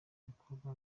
bikorwa